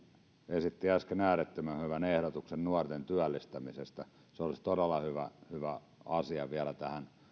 esitti äsken äärettömän hyvän ehdotuksen nuorten työllistämiseksi se olisi todella hyvä hyvä asia vielä tähän